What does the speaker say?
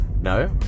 no